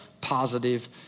positive